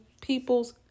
people's